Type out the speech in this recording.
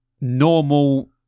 normal